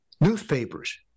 newspapers